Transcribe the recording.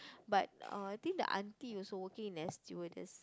but uh I think the auntie also working in air stewardess